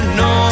no